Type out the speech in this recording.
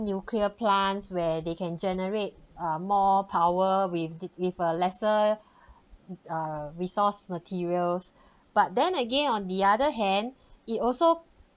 nuclear plants where they can generate uh more power with th~ with uh lesser uh resource materials but then again on the other hand it also